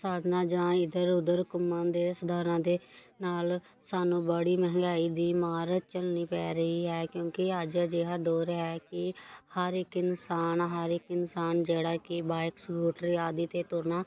ਸਾਧਨਾਂ ਜਾ ਇੱਧਰ ਉੱਧਰ ਘੁੰਮਣ ਦੇ ਸਾਧਨਾਂ ਦੇ ਨਾਲ ਸਾਨੂੰ ਬੜੀ ਮਹਿੰਗਾਈ ਦੀ ਮਾਰ ਝੱਲਣੀ ਪੈ ਰਹੀ ਹੈ ਕਿਉਂਕਿ ਅੱਜ ਅਜਿਹਾ ਦੌੌਰ ਹੈ ਕਿ ਹਰ ਇੱਕ ਇਨਸਾਨ ਹਰ ਇੱਕ ਇਨਸਾਨ ਜਿਹੜਾ ਕਿ ਬਾਇਕ ਸਕੂਟਰ ਆਦਿ 'ਤੇ ਤੁਰਨਾ